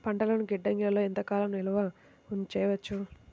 పంటలను గిడ్డంగిలలో ఎంత కాలం నిలవ చెయ్యవచ్చు?